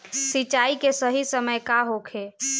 सिंचाई के सही समय का होखे?